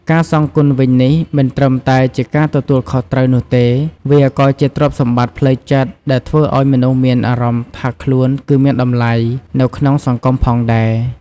ការសងគុណវិញនេះ មិនត្រឹមតែជាការទទួលខុសត្រូវនោះទេ វាក៏ជាទ្រព្យសម្បត្តិផ្លូវចិត្តដែលធ្វើឲ្យមនុស្សមានអារម្មណ៍ថាខ្លួនគឺមានតម្លៃ នៅក្នុងសង្គមផងដែរ។